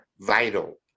vital